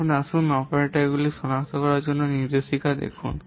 এখন আসুন অপারেশনগুলি সনাক্ত করার জন্য নির্দেশিকা দেখুন